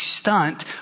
stunt